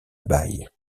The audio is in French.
bail